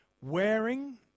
Wearing